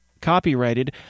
copyrighted